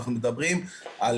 אנחנו מדברים על